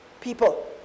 people